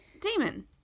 demon